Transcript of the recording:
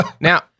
Now